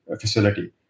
facility